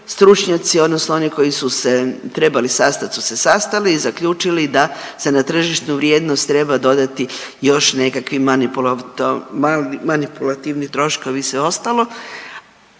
stručnjaci odnosno oni koji su se trebali sastat su se sastali i zaključili da se na tržišnu vrijednost treba dodati još nekakvi manipulativni troškovi i sve ostalo.